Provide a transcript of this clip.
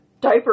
diaper